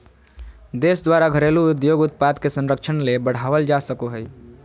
देश द्वारा घरेलू उद्योग उत्पाद के संरक्षण ले बढ़ावल जा सको हइ